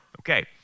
Okay